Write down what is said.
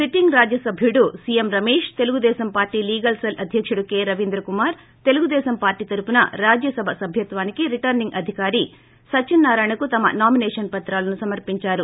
sitting రాజ్యసభ్యుడు CM Ramesh Telugu Desam party legal cell అధ్యకుడు Kanakamedala Ravindra Kumar Telugu Desam party తరపున రాజ్యసభ సభ్యత్వానికి రిటర్పింగ్ అధికారి సత్యన్నారాయణకు తమ నామినేషన్ పత్రాలను సమర్పిందారు